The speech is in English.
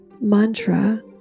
Mantra